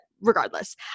regardless